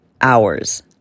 hours